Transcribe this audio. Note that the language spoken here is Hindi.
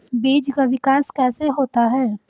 बीज का विकास कैसे होता है?